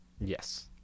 Yes